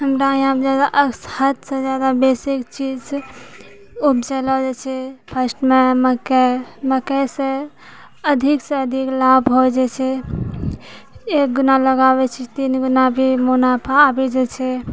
हमरा यहाँ हद सँ जादा बेसीक जे चीज उपजायल जाइ छै फर्स्टमे मक्कइ मक्कइसँ अधिकसँ अधिक लाभ होइ जाइ छै एक गुना लगाबै छी तीन गुना भी मुनाफा आबि जाइ छै